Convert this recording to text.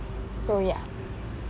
so ya